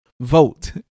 vote